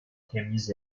temyiz